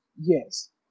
Yes